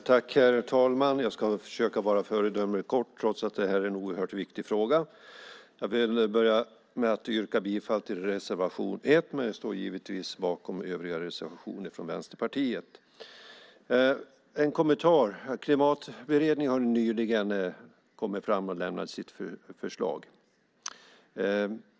Herr talman! Jag ska försöka vara föredömligt kort, trots att vi behandlar en oerhört viktig fråga. Jag börjar med att yrka bifall till reservation 1. Givetvis står jag även bakom övriga reservationer från Vänsterpartiet. Låt mig göra en kommentar. Klimatberedningen har nyligen lämnat sitt förslag.